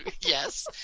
Yes